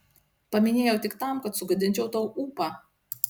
paminėjau tik tam kad sugadinčiau tau ūpą